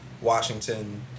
Washington